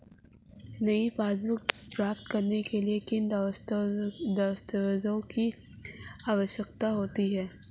नई पासबुक प्राप्त करने के लिए किन दस्तावेज़ों की आवश्यकता होती है?